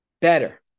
better